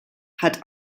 hat